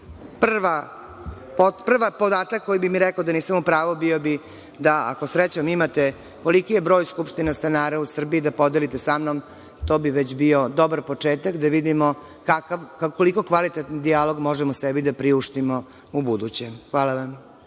podatak koji bi mi rekao da nisam u pravu bio bi da, ako srećom imate, koliki je broj skupština stanara u Srbiji, da podelite sa mnom. To bi već bio dobar početak da vidimo koliko kvalitetan dijalog možemo sebi da priuštimo ubuduće. Hvala.